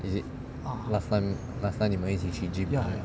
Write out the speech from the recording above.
is it last time last time 你们一起去 gym right